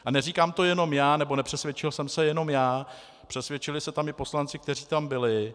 A neříkám to jenom já, nebo nepřesvědčil jsem se jenom já, přesvědčili se o tom i poslanci, kteří tam byli.